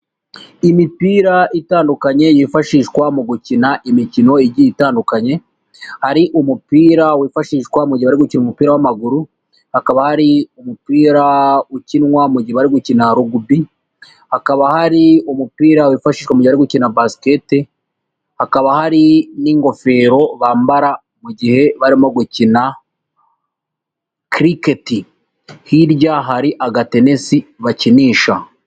Imipira itandukanye yifashishwa mu gukina imikino igiye itandukanye, hari umupira wifashishwa mu gihe bari gukina umupira w'amaguru, hakaba ari umupira ukinwa mu gihe bari gukina rugubi, hakaba hari umupira wifashishwa mu gihe bari gukina basiketi, hakaba hari n'ingofero bambara mu gihe barimo gukina kiriketi. Hirya hari agatenesi bakinisha.